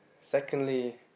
secondly